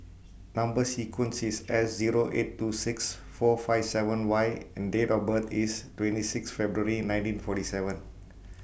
Number sequence IS S Zero eight two six four five seven Y and Date of birth IS twenty six February nineteen forty seven